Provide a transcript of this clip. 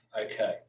okay